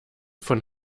von